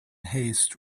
haste